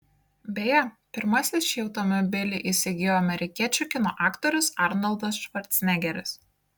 beje pirmasis šį automobilį įsigijo amerikiečių kino aktorius arnoldas švarcnegeris